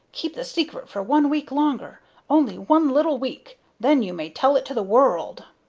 keep the secret for one week longer only one little week then you may tell it to the world.